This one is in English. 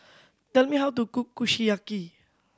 tell me how to cook Kushiyaki